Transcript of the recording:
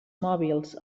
mòbils